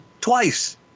twice